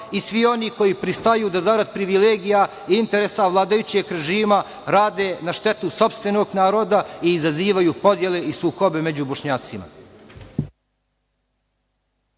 i svi oni koji pristaju da zarad privilegija i interesa vladajućeg režima rade na štetu sopstvenog naroda i izazivaju podele i sukobe među Bošnjacima.